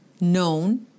known